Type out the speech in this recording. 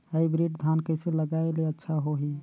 Hybrid धान कइसे लगाय ले अच्छा होही?